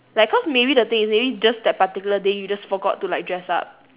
like cause maybe the thing is maybe just that particular day you just forgot to like dress up